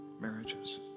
marriages